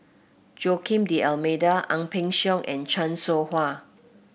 Joaquim D'Almeida Ang Peng Siong and Chan Soh Ha